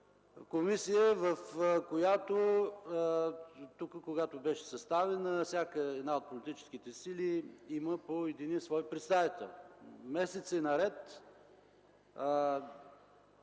комисия, в която, когато беше съставена, всяка от политическите сили има свой представител. Месеци наред